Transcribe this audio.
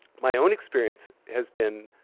my own experience has been.